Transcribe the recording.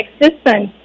existence